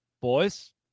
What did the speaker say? Boys